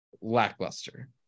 lackluster